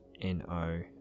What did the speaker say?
N-O